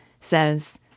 says